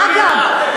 אגב,